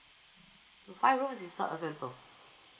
so five room is not available